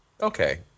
Okay